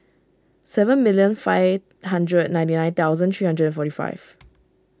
seven million five hundred ninety nine thousand three hundred and forty five